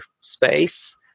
space